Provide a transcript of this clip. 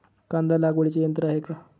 कांदा लागवडीचे यंत्र आहे का?